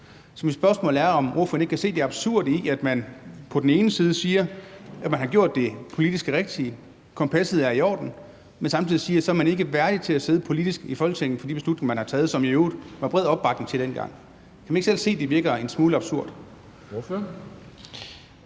Så mit spørgsmål er, om ordføreren ikke kan se det absurde i, at han på den ene side siger, at man har gjort det politisk rigtige, at kompasset er i orden, men på den anden side siger, at man politisk ikke er værdig til at sidde i Folketinget på grund af de beslutninger, man har taget, som der i øvrigt var bred opbakning til dengang. Kan ordføreren ikke selv se, at det virker en smule absurd?